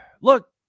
look